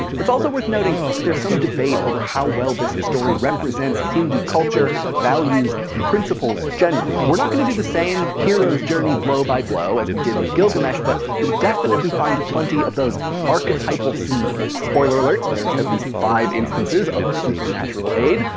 it's also worth noting that there's some debate over how well this story represents hindu culture, values, and principles generally we're not going to do the same hero's journey blow by blow as we did with gilgamesh but you definitely find plenty of those archetypal seeds. spoiler alert, there's at least five instances of supernatural aid,